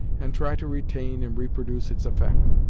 and try to retain and reproduce its effect.